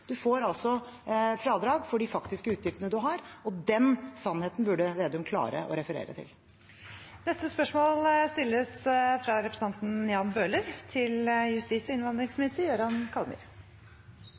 får fradrag for de faktiske utgiftene man har. Den sannheten burde Slagsvold Vedum klare å referere til. Dette spørsmålet er trukket tilbake. Dette spørsmålet er utsatt til